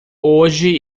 hoje